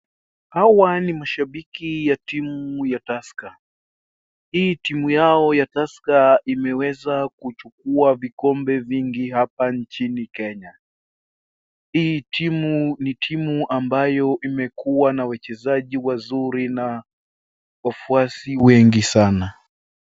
Hawa ni mashambiki ya timu ya Tusker. Hii timu yao ya Tusker imeweza kuchukua vikombe vingi hapa nchini Kenya. Hii timu ni timu ambayo imekuwa na wachezaji wazuri na wafuasi wengi sana.